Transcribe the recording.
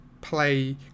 play